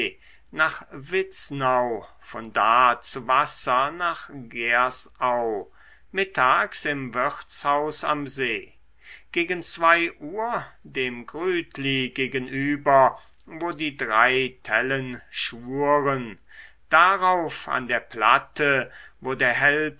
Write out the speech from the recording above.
nach vitznau von da zu wasser nach gersau mittags im wirtshaus am see gegen uhr dem grütli gegenüber wo die drei tellen schwuren darauf an der platte wo der held